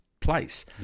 place